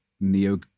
neo